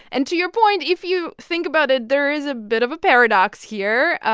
and to your point, if you think about it, there is a bit of a paradox here.